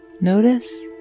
notice